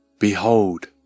Behold